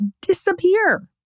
disappear